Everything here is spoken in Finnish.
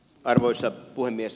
arvoisa puhemies